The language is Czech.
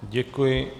Děkuji.